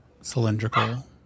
cylindrical